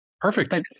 Perfect